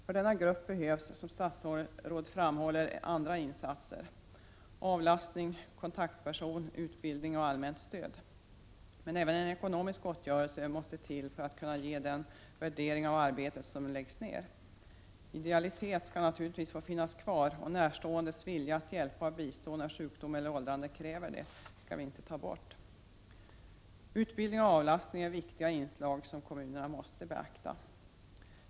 För denna grupp behövs, som statsrådet framhåller, andra insatser: avlastning, kontaktperson, utbildning och allmänt stöd. Men även en ekonomisk gottgörelse måste till för att ersätta det arbete som läggs ner. Idealitet skall naturligtvis få finnas kvar; närståendes vilja att hjälpa och bistå när sjukdomen eller åldrandet kräver det skall vi inte ta bort. Utbildning och avlastning är viktiga inslag som kommunerna måste beakta.